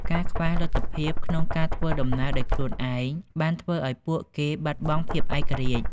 ការខ្វះលទ្ធភាពក្នុងការធ្វើដំណើរដោយខ្លួនឯង បានធ្វើឱ្យពួកគេបាត់បង់ភាពឯករាជ្យ។